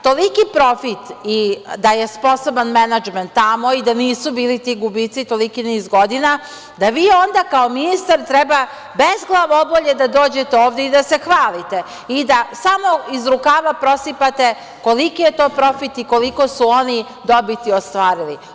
Toliki profit, da je sposoban menadžment tamo i da nisu bili ti gubici toliki niz godina, da vi onda kao ministar treba bez glavobolje da dođete ovde i da se hvalite i da samo iz rukava prosipate koliki je to profit i koliko su oni dobiti ostvarili.